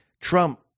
Trump